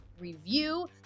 review